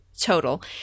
total